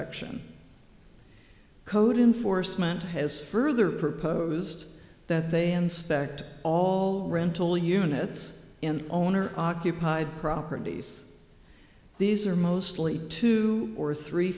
reinspection code enforcement has further proposed that they inspect all rental units in owner occupied properties these are mostly two or three